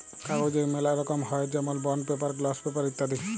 কাগজের ম্যালা রকম হ্যয় যেমল বন্ড পেপার, গ্লস পেপার ইত্যাদি